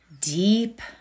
deep